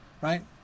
Right